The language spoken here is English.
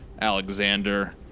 Alexander